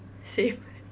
same